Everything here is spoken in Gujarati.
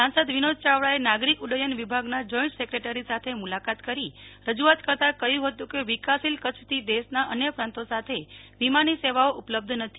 સાંસદ વિનોદ ચાવડાએ નાગરિક ઉડ્ડયન વિભાગના જોઈન્ટ સેક્રેટરી સાથે મુલાકાત કરી રજૂઆત કરતાં કહ્યું હતું કે વિકાસશીલ કચ્છથી દેશના અન્ય પ્રાંતો સાથે વિમાની સેવાઓ ઉપલબ્ધ નથી